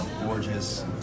gorgeous